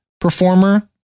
performer